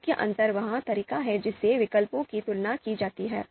मुख्य अंतर वह तरीका है जिससे विकल्पों की तुलना की जाती है